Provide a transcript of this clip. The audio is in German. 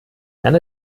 kann